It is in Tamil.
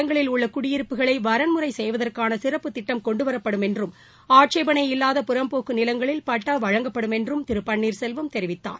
புறம்போக்கு நிலங்களில் உள்ள குடியிருப்புகளை வரண்முறை செய்வதற்கான சிறப்புத் திட்டம் கொண்டுவரப்படும் என்றும் ஆட்சேபளை இல்லாத புறம்போக்கு நிலங்களில் பட்டா வழங்கப்படும் திரு பன்னீர்செல்வம் தெரிவித்தார்